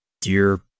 Dear